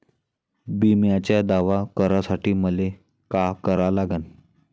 बिम्याचा दावा करा साठी मले का करा लागन?